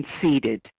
conceded